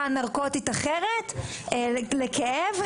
אנרקוטית אחרת לכאב,